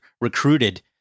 recruited